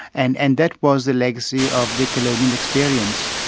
and and that was the legacy of the colonial experience.